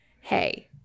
Hey